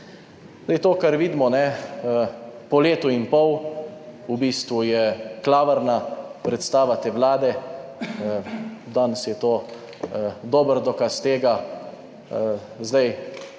Zdaj to, kar vidimo po letu in pol v bistvu je klavrna predstava te Vlade. Danes, je to dober dokaz tega.